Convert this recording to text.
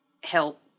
help